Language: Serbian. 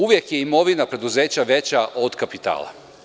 Uvek je imovina preduzeća veća od kapitala.